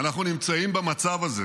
ואנחנו נמצאים במצב הזה